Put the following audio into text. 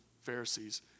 Pharisees